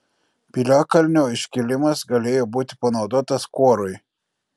piliakalnio iškilimas galėjo būti panaudotas kuorui